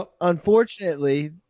Unfortunately